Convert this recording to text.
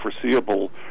foreseeable